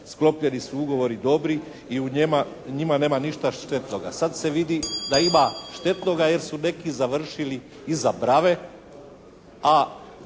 Sklopljeni su ugovori dobri i u njima nema ništa štetnoga." Sad se vidi da ima štetnoga jer su neki završili iza brave a